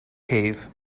cave